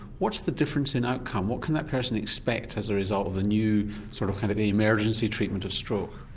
what's the difference in outcome? what can that person expect as a result of the new sort of kind of emergency treatment of stroke?